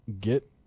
get